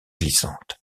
glissantes